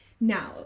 now